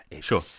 Sure